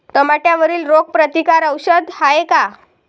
टमाट्यावरील रोग प्रतीकारक औषध हाये का?